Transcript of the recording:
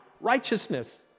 righteousness